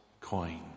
coin